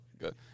good